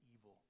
evil